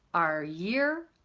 our year,